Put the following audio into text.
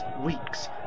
weeks